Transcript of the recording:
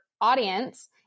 audience